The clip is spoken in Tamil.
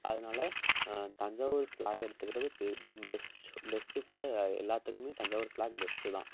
அதனால் தஞ்சாவூர் ஸ்லாங் எடுத்துக்கிறது பெஸ்ட் பெஸ்ட் ஃபார் எல்லாத்துக்குமே தஞ்சாவூர் ஸ்லாங் பெஸ்ட்டு தான்